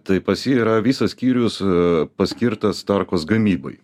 tai pas jį yra visas skyrius paskirtas tarkos gamybai